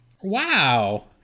wow